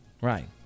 Right